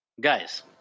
guys